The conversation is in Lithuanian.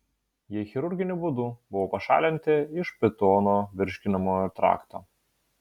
jie chirurginiu būdu buvo pašalinti iš pitono virškinamojo trakto